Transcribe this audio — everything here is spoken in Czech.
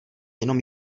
jenom